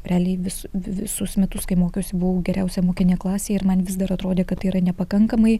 realiai visu visus metus kai mokiausi buvau geriausia mokinė klasėj ir man vis dar atrodė kad tai yra nepakankamai